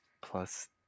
Plus